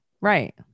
right